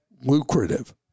lucrative